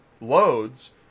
loads